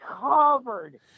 Covered